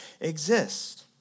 exist